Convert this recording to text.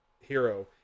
hero